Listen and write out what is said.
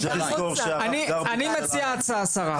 אני מציע הצעה, שרה.